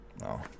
No